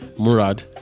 Murad